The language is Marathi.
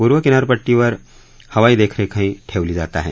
पूर्व किनारपट्टीवर हवाई देखरेखही ठेवली जात आहे